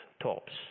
tops